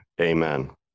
Amen